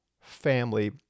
family